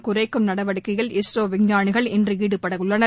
குறைக்கும் நடவடிக்கையில் இஸ்ரோ விஞ்ஞானிகள் இன்று ஈடுபடவுள்ளனர்